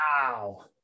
wow